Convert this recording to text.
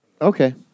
Okay